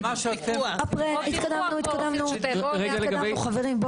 התקדמנו, התקדמנו חברים.